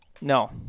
No